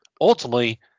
ultimately